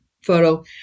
photo